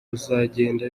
buzagenda